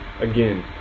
again